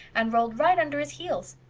and rolled right under his heels.